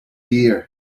year